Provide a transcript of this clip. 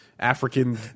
African